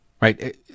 right